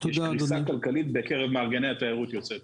יש קריסה כלכלית בקרב מארגני התיירות היוצאת.